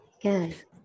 Good